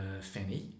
Fanny